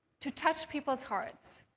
to touch people's hearts,